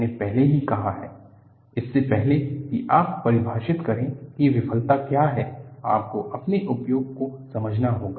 मैंने पहले ही कहा है इससे पहले कि आप परिभाषित करें कि विफलता क्या है आपको अपने उपयोग को समझना होगा